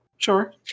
Sure